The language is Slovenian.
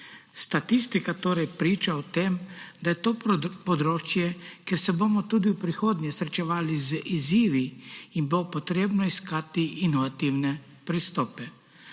Statistika torej priča o tem, da je to področje, kjer se bomo tudi v prihodnje srečevali z izzivi, in bo potrebno iskati inovativne pristope.